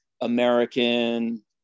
American